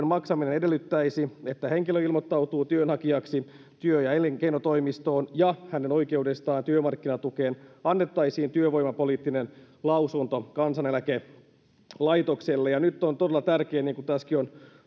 maksaminen edellyttäisi että henkilö ilmoittautuu työnhakijaksi työ ja elinkeinotoimistoon ja hänen oikeudestaan työmarkkinatukeen annettaisiin työvoimapoliittinen lausunto kansaneläkelaitokselle ja nyt on todella tärkeää niin kuin tässäkin on